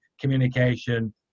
communication